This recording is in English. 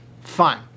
fine